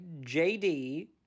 JD